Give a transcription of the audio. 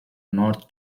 north